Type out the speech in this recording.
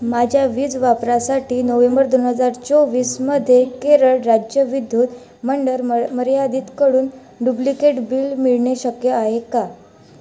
माझ्या वीज वापरासाठी नोवेंबर दोन हजार चोवीसमध्ये केरळ राज्य विद्युत मंडळ मर मर्यादितकडून डुप्लिकेट बिल मिळणे शक्य आहे का